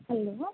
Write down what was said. hello